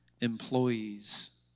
employees